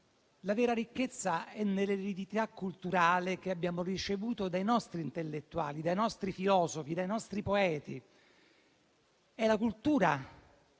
La vera ricchezza è nell'eredità culturale che abbiamo ricevuto dai nostri intellettuali, dai nostri filosofi, dai nostri poeti. È la cultura